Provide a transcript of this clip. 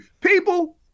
people